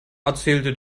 erzählte